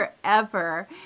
forever